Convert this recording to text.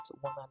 one